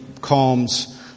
calms